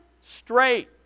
straight